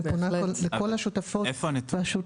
אני פונה פה לכל השותפות והשותפים.